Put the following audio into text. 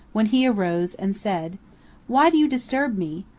when he arose and said why do you disturb me?